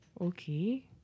Okay